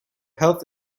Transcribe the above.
health